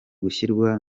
gushyirwa